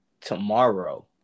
tomorrow